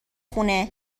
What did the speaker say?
خونه